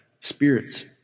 spirits